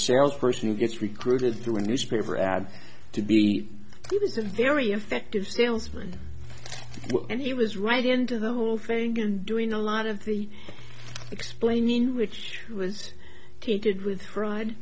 sales person who gets recruited through a newspaper ad to be it is a very effective salesman and he was right into the whole thing and doing a lot of the explaining which was created with pri